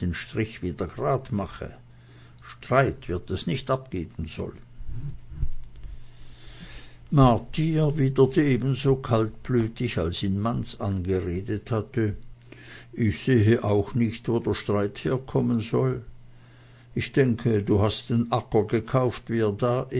strich wieder grad mache streit wird das nicht abgeben sollen marti erwiderte ebenso kaltblütig als ihn manz angeredet hatte ich sehe auch nicht wo streit herkommen soll ich denke du hast den acker gekauft wie er da